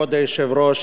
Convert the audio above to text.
כבוד היושב-ראש,